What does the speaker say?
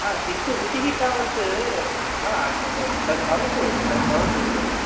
हा किन्तु रुचिः तावत् तद् भवतु तद् भवतु